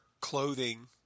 clothing